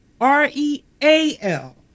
r-e-a-l